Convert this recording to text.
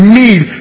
need